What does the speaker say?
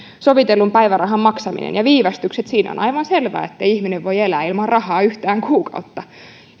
sovitellun päivärahan maksaminen ja viivästykset siinä on aivan selvää ettei ihminen voi elää ilman rahaa yhtään kuukautta